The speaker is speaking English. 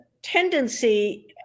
tendency